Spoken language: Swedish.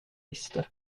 visste